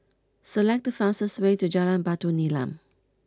select the fastest way to Jalan Batu Nilam